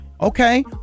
Okay